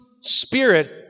spirit